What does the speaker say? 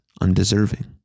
undeserving